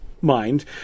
mind